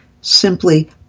Simply